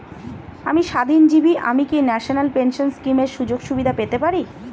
আমি স্বাধীনজীবী আমি কি ন্যাশনাল পেনশন স্কিমের সুযোগ সুবিধা পেতে পারি?